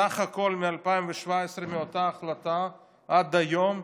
סך הכול מ-2017, מאותה החלטה עד היום,